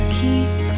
keep